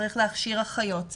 צריך להכשיר אחיות,